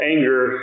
Anger